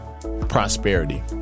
prosperity